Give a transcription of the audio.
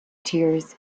tears